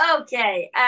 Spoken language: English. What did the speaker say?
Okay